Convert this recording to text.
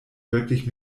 wirklich